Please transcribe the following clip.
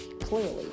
Clearly